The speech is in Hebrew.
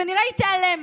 כנראה היא תיעלם.